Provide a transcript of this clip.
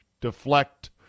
deflect